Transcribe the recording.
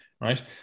right